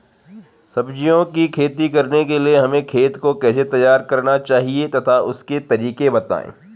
सब्जियों की खेती करने के लिए हमें खेत को कैसे तैयार करना चाहिए तथा उसके तरीके बताएं?